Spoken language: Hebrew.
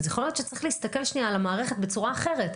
אז יכול להיות שצריך להסתכל שנייה על המערכת בצורה אחרת,